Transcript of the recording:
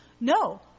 No